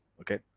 Okay